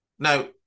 Now